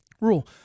rule